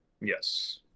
Yes